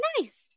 nice